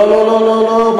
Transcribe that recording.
לא, לא, לא, לא.